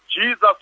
Jesus